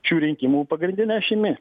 šių rinkimų pagrindine ašimi